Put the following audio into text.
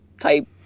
type